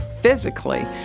physically